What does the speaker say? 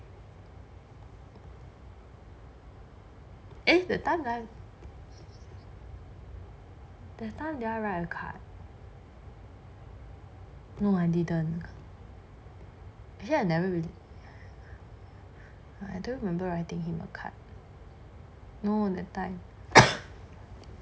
eh that time right that time did I write a card no I didn't actually I never really I don't remember writing him a card no that time